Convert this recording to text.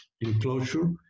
enclosure